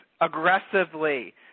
aggressively